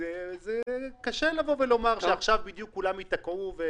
קשה לומר שעכשיו בדיוק כולם ייתקעו.